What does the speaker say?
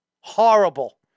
Horrible